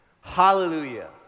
Hallelujah